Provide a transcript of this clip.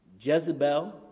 Jezebel